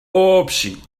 общий